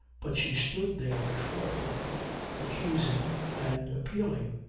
but she stood there before him accusing and appealing.